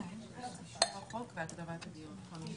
5